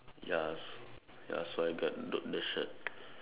ya ya so I got the the shirt